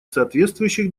соответствующих